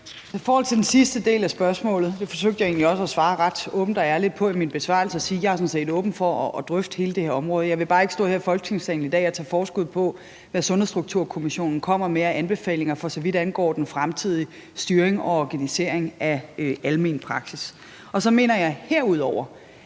I forhold til den sidste del af spørgsmålet vil jeg sige, at det forsøgte jeg egentlig også at svare åbent og ærligt på i min besvarelse, hvor jeg sagde, at jeg sådan set er åben for at drøfte hele det her område. Jeg vil bare ikke stå her i Folketingssalen i dag og tage forskud på, hvad Sundhedsstrukturkommissionen kommer med af anbefalinger, for så vidt angår den fremtidige styring og organisering af almen praksis. Så mener jeg herudover,